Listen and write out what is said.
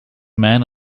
men